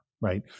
right